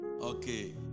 Okay